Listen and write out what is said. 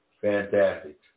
fantastic